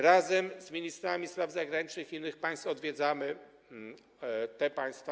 Razem z ministrami spraw zagranicznych innych państw odwiedzamy te państwa.